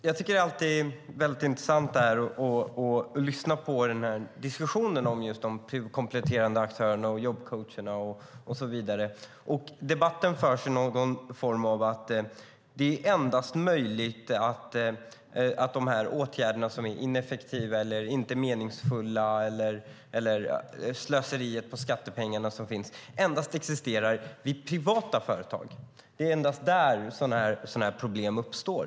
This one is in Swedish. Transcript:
Fru talman! Det är alltid väldigt intressant att lyssna på diskussionen om de kompletterande aktörerna, jobbcoacherna och så vidare. Debatten förs som om att de åtgärder som är ineffektiva, inte meningsfulla eller slöseriet med skattepengarna endast existerar i privata företag. Det är endast där som sådana problem uppstår.